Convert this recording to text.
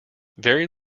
very